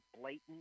blatant